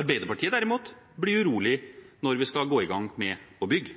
Arbeiderpartiet, derimot, blir urolig når vi skal gå i gang med å bygge.